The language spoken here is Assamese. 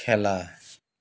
খেলা